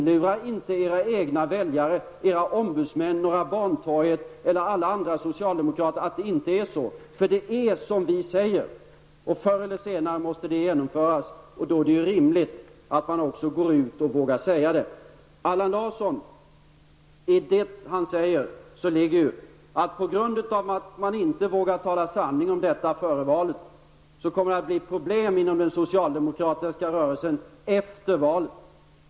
Lura inte era egna väljare, era ombudsmän på Norra Bantorget och alla andra socialdemokrater att tro att det inte förhåller sig så. Det är som vi säger, och förr eller senare måste dessa skattesänkningar genomföras, och då är det rimligt att man också vågar gå ut och säga det. I det Allan Larsson säger ligger att man kommer att få problem inom den socialdemokratiska rörelsen efter valet på grund av att man inte vågar tala sanning om detta före valet.